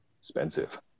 expensive